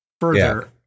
further